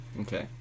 Okay